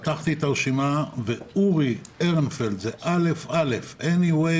פתחתי את הרשימה ואורי אהרנפלד, זה א"א, בכל דרך